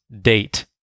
date